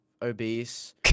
obese